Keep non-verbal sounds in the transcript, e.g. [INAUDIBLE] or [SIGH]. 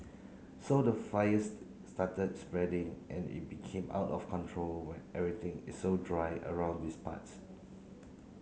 so the fire [HESITATION] started spreading and it became out of control when everything is so dry around these parts